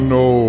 no